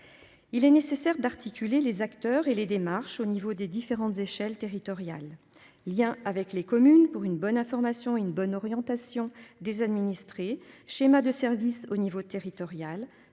Il est nécessaire d'articuler les acteurs et les démarches au niveau des différentes échelles territoriales. Il y a avec les communes pour une bonne information une bonne orientation des administrés schémas de service au niveau territorial